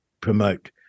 promote